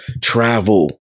travel